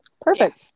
Perfect